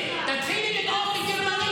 תומך טרור,